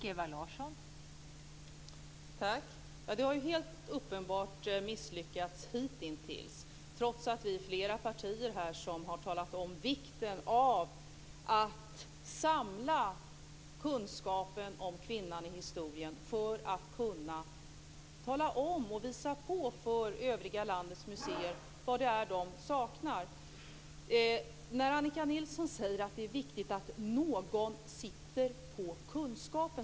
Fru talman! Det här har helt uppenbart misslyckats hitintills, trots att vi är flera partier som har talat om vikten av att samla kunskapen om kvinnan i historien för att kunna tala om för landets övriga museer vad det är de saknar. Annika Nilsson säger att det är viktigt att någon sitter på kunskapen.